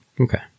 Okay